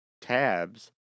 tabs